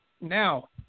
now